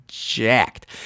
Jacked